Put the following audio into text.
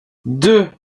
deux